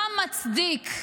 מה מצדיק,